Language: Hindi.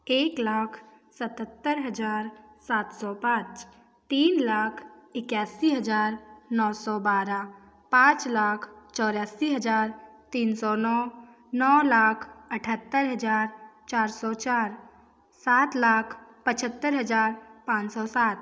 एक लाख सतत्तर हज़ार सात सौ पाँच तीन लाख इक्यासी हज़ार नौ सौ बारह पाँच लाख चौरासी हज़ार तीन सौ नौ नौ लाख अठहत्तर हज़ार चार सौ चार सात लाख पचहत्तर हज़ार पाँच सौ सात